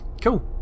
Cool